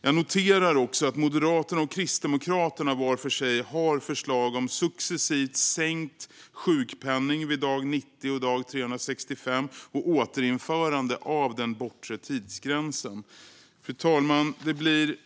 Jag noterar också att Moderaterna och Kristdemokraterna, var för sig, har förslag om successivt sänkt sjukpenning vid dag 90 och 365 och återinförande av den bortre tidsgränsen. Det blir